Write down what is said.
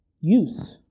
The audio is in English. youth